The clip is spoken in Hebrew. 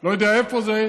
לא יודע איפה זה,